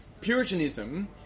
Puritanism